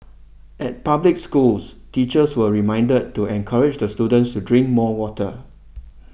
at public schools teachers were reminded to encourage the students to drink more water